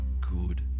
good